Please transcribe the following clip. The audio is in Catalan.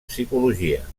psicologia